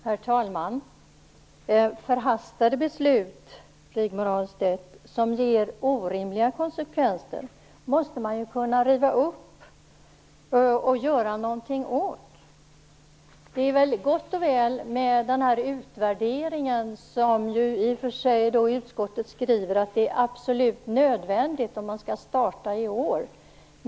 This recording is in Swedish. Herr talman! Förhastade beslut, Rigmor Ahlstedt, som ger orimliga konsekvenser måste man kunna riva upp och göra något åt. Det är väl gott och väl med denna utvärdering som utskottet skriver är absolut nödvändig om man skall starta i år.